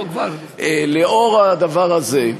לאור הדבר הזה,